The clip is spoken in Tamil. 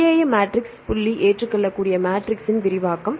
PAM மேட்ரிக்ஸ் புள்ளி ஏற்றுக்கொள்ளக்கூடிய மேட்ரிக்ஸின் விரிவாக்கம்